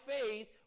faith